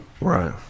Right